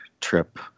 trip